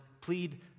plead